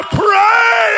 pray